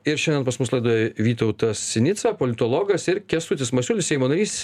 ir šiandien pas mus laidoje vytautas sinica politologas ir kęstutis masiulis seimo narys